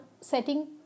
setting